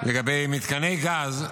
לגבי מתקני גז,